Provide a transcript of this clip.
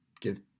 give